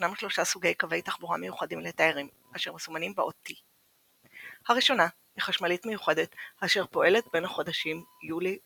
ישנם 3 סוגי קווי תחבורה מיוחדים לתיירים אשר מסומנים באות T. הראשונה היא חשמלית מיוחדת אשר פועלת בין החודשים יולי ואוגוסט.